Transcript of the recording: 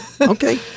Okay